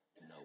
No